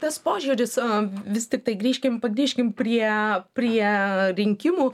tas požiūris o vis tiktai grįžkim grįžkim prie prie rinkimų